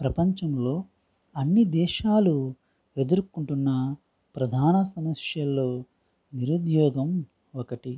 ప్రపంచంలో అన్నీ దేశాలు ఎదురుకొంటున్న ప్రధాన సమస్యల్లో నిరుద్యోగం ఒకటి